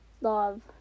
love